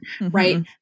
right